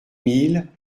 mille